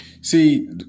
See